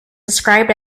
described